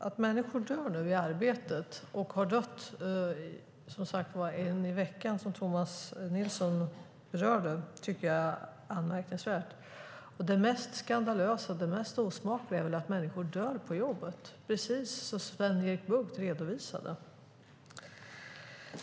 Att människor dör i arbetet och att det har dött en i veckan, som Tomas Nilsson tog upp, tycker jag är anmärkningsvärt. Det mest skandalösa och det mest osmakliga är väl att människor dör på jobbet, precis som Sven-Erik Bucht redovisade.